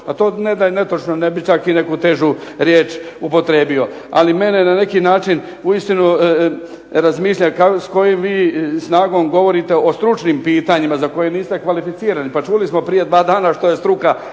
a to ne da je netočno ne bih čak i neku težu riječ upotrebio. Ali mene na neki način uistinu razmišljam s kojom vi snagom govorite o stručnim pitanjima za koje niste kvalificirani. Pa čuli smo prije dva dana što je struka